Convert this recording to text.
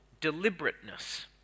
deliberateness